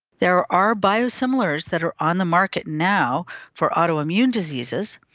there are biosimilars that are on the market now for autoimmune diseases,